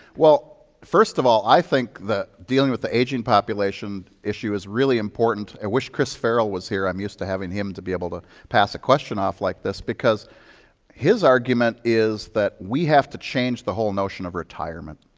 well, first of all, i think that dealing with the aging population issue is really important. i wish chris farrell was here. i'm used to having him to be able to pass a question off, like this, because his argument is that we have to change the whole notion of retirement.